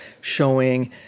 showing